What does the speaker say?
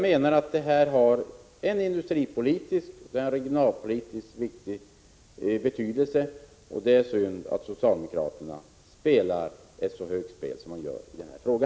Detta har stor industripolitisk och regionalpolitisk betydelse. Det är synd att socialdemokraterna spelar ett så högt spel som de gör i denna fråga.